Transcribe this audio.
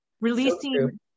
releasing